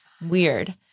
Weird